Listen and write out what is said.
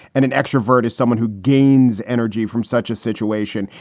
and an extrovert is someone who gains energy from such a situation.